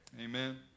Amen